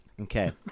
okay